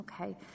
Okay